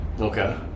Okay